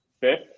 fifth